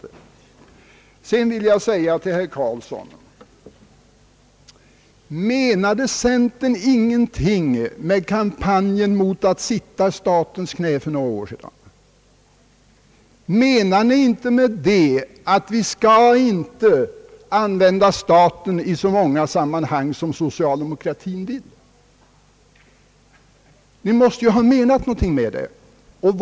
Vidare vill jag fråga herr Eric Carlsson: Menade centern ingenting med kampanjen för några år sedan mot att »sitta i statens knä»? Menade ni inte med den kampanjen, att man inte skall använda staten i så många sammanhang som socialdemokratin vill? Ni måste ju ha menat någonting med kampanjen.